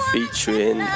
Featuring